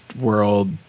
world